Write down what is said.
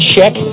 Check